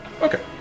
Okay